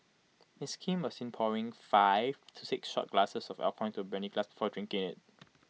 miss Kim was seen pouring five to six shot glasses of alcohol into her brandy glass before drinking IT